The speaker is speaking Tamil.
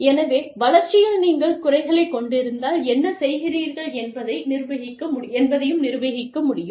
எனவே வளர்ச்சியில் நீங்கள் குறைகளைக் கொண்டிருந்தால் என்ன செய்கிறீர்கள் என்பதையும் நிர்வகிக்க முடியும்